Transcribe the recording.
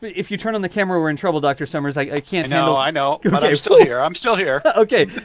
but if you turn on the camera, we're in trouble. dr. summers, i can't. no. i know you're but you're still here. i'm still here. ok.